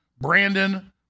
Brandon